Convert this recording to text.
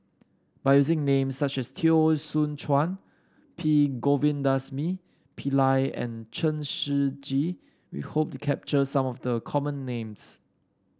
by using names such as Teo Soon Chuan P Govindasamy Pillai and Chen Shiji we hope to capture some of the common names